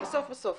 סדר